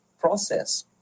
process